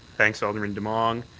thanks, alderman demong.